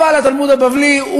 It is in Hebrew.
אבל התלמוד הבבלי,